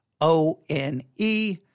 O-N-E